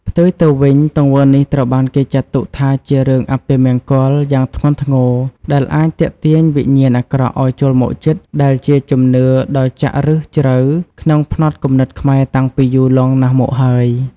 ផ្ទុយទៅវិញ ទង្វើនេះត្រូវបានគេចាត់ទុកថាជារឿង អពមង្គល យ៉ាងធ្ងន់ធ្ងរ ដែលអាចទាក់ទាញវិញ្ញាណអាក្រក់ឲ្យចូលមកជិត ដែលជាជំនឿដ៏ចាក់ឫសជ្រៅក្នុងផ្នត់គំនិតខ្មែរតាំងពីយូរលង់ណាស់មកហើយ។